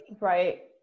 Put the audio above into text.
right